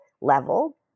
level